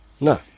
No